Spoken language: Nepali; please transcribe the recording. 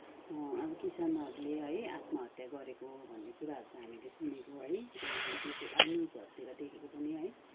अब किसानहरूले है आत्महत्या गरेको भन्ने कुराहरू त हामीले सुनेको है देखेको अब न्युजहरूतिर देखेको पनि है